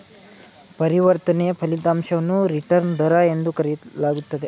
ಪರಿವರ್ತನೆಯ ಫಲಿತಾಂಶವನ್ನು ರಿಟರ್ನ್ ದರ ಎಂದು ಕರೆಯಲಾಗುತ್ತೆ